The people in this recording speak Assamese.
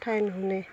কথাই নুশুনে